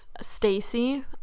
Stacy